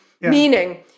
meaning